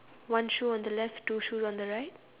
one shoe on the left two shoes on the right